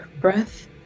breath